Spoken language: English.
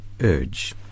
urge